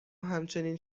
همچنین